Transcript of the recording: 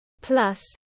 Plus